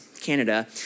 Canada